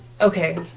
Okay